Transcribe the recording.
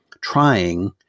trying